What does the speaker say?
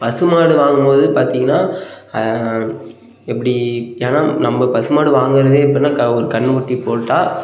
பசு மாடு வாங்கும்போது பார்த்திங்கன்னா எப்படி ஏன்னா நம்ம பசு மாடு வாங்குகிறதே எப்படின்னா க ஒரு கன்னுக்குட்டி போட்டால்